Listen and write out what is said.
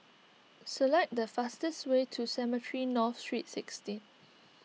select the fastest way to Cemetry North Street sixteen